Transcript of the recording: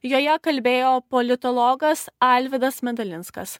joje kalbėjo politologas alvydas medalinskas